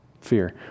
Fear